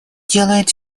делает